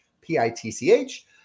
P-I-T-C-H